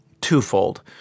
twofold